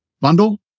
bundle